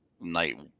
night